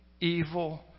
evil